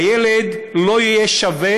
הילד לא יהיה שווה.